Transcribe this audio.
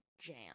jam